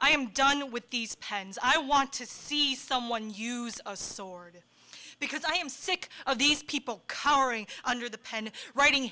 i am done with these pens i want to see someone use a sword because i am sick of these people cowering under the pen writing